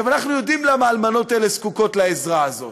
אנחנו יודעים למה האלמנות האלה זקוקות לעזרה הזו,